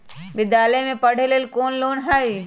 विद्यालय में पढ़े लेल कौनो लोन हई?